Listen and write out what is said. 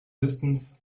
distance